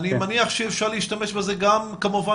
אני מניח שאפשר להשתמש בזה גם כמובן